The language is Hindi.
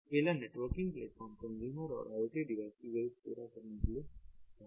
अकेला नेटवर्किंग प्लेटफॉर्म कंज्यूमर और IoT डिवाइस की जरूरत पूरा करने के लिए काफी नहीं है